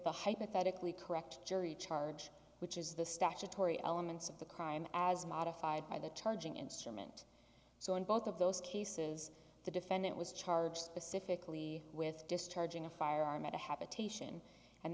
the hypothetically correct jury charge which is the statutory elements of the crime as modified by the charging instrument so in both of those cases the defendant was charged pacifically with discharging a firearm at a